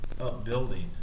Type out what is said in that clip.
upbuilding